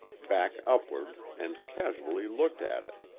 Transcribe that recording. back upward, and casually looked at it.